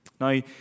Now